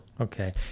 Okay